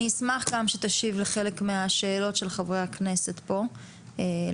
אני אשמח גם שתשיב לחלק מהשאלות של חברי הכנסת פה לעניין.